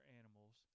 animals